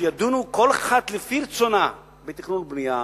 שידונו כל אחת לפי רצונה בתכנון ובנייה.